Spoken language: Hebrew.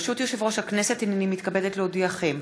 ברשות יושב-ראש הכנסת, הנני מתכבדת להודיעכם,